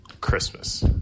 Christmas